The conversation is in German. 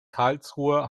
karlsruhe